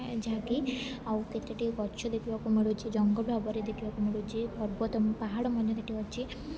ଯାହାକି ଆଉ କେତୋଟି ଗଛ ଦେଖିବାକୁ ମିଳୁଛି ଜଙ୍ଗଲ ଭାବରେ ଦେଖିବାକୁ ମିଳୁଛି ପର୍ବତ ପାହାଡ଼ ମଧ୍ୟ ସେଇଠି ଅଛି